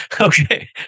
okay